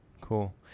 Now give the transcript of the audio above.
Cool